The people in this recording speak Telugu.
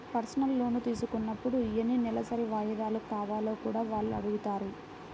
పర్సనల్ లోను తీసుకున్నప్పుడు ఎన్ని నెలసరి వాయిదాలు కావాలో కూడా వాళ్ళు అడుగుతారు